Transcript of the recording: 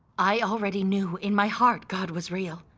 i already knew in my heart god was real.